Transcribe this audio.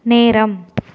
நேரம்